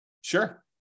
sure